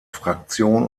fraktion